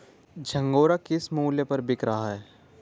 झंगोरा किस मूल्य पर बिक रहा है?